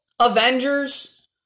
Avengers